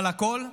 אבל הכול,